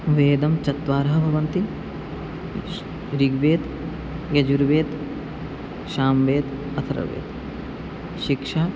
वेदं चत्वारः भवन्ति ऋग्वेदः यजुर्वेदः सामवेदः अथर्वेवेदः शिक्षा